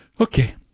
Okay